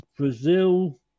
Brazil